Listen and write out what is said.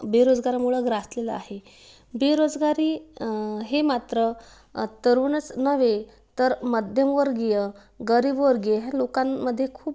बेरोजगारामुळं ग्रासलेला आहे बेरोजगारी हे मात्र तरुणच नव्हे तर मध्यमवर्गीय गरीबवर्गीय ह्या लोकांमध्ये खूप